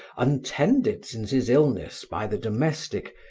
untended since his illness by the domestic,